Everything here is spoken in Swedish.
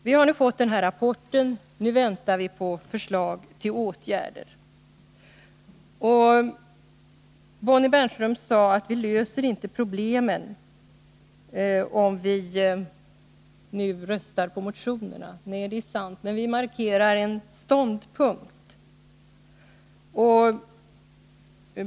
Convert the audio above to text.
Vi har alltså fått den här rapporten, och nu väntar vi på förslag till åtgärder. Bonnie Bernström sade att vi inte löser problemen, om vi nu röstar på motionerna. Nej, det är sant, men vi markerar en ståndpunkt.